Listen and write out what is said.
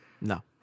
No